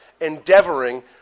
Endeavoring